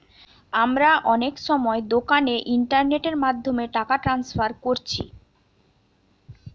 আমরা অনেক সময় দোকানে ইন্টারনেটের মাধ্যমে টাকা ট্রান্সফার কোরছি